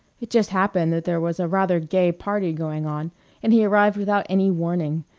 it just happened that there was a rather gay party going on and he arrived without any warning.